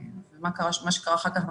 וכולם יודעים מה קרה אחר כך.